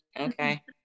Okay